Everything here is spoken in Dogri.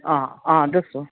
हां हां दस्सो